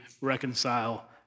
reconcile